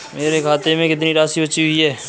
मेरे खाते में कितनी राशि बची हुई है?